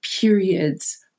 periods